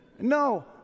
no